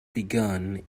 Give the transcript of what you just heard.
begun